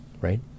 right